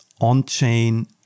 on-chain